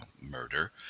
murder